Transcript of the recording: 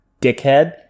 dickhead